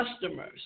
customers